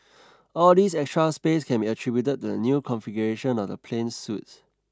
all this extra space can be attributed to the new configuration of the plane's suites